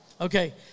Okay